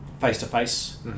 face-to-face